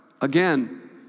again